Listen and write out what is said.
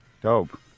dope